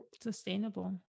sustainable